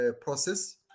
process